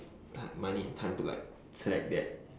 like money and time to like select that